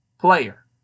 player